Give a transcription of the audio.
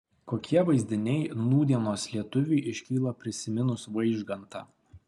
kokie vaizdiniai nūdienos lietuviui iškyla prisiminus vaižgantą